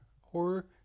Horror